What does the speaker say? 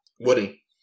Woody